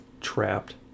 trapped